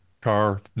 car